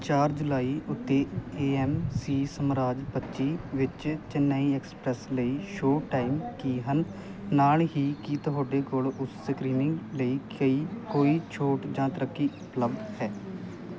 ਚਾਰ ਜੁਲਾਈ ਉੱਤੇ ਏ ਐਮ ਸੀ ਸਾਮਰਾਜ ਪੱਚੀ ਵਿੱਚ ਚੇਨਈ ਐਕਸਪ੍ਰੈਸ ਲਈ ਸ਼ੋਅ ਟਾਈਮ ਕੀ ਹਨ ਨਾਲ ਹੀ ਕੀ ਤੁਹਾਡੇ ਕੋਲ ਉਸ ਸਕ੍ਰੀਨਿੰਗ ਲਈ ਕਈ ਕੋਈ ਛੋਟ ਜਾਂ ਤਰੱਕੀ ਉਪਲੱਬਧ ਹੈ